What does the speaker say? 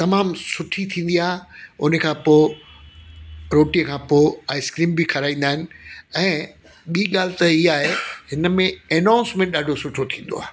तमामु सुठी थींदी आहे उनखां पोइ रोटीअ खां पोइ आइस्क्रीम बि खाराईंदा आहिनि ऐं ॿी ॻाल्हि त इहा आहे हिनमें एनाउंसमेंट ॾाढो सुठो थींदो आहे